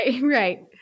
Right